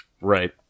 Right